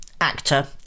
actor